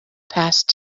past